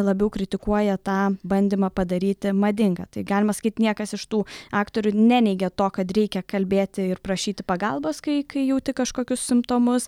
labiau kritikuoja tą bandymą padaryti madinga tai galima sakyt niekas iš tų aktorių neneigė to kad reikia kalbėti ir prašyti pagalbos kai kai jauti kažkokius simptomus